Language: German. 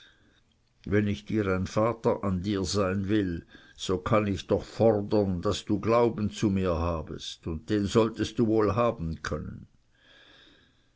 wenn ich ein vater an dir sein will so kann ich doch fordern daß du glauben zu mir habest und den solltest du wohl haben können